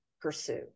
pursue